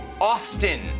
austin